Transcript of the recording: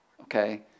okay